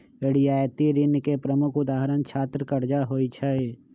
रियायती ऋण के प्रमुख उदाहरण छात्र करजा होइ छइ